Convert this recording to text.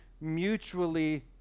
mutually